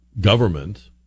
government